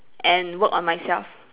and work on myself